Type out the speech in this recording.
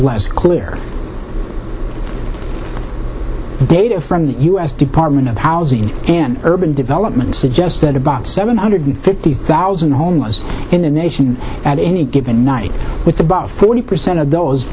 less clear data from the u s department of housing and urban development suggests that about seven hundred fifty thousand homeless in the nation at any given night it's about forty percent of those